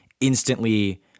instantly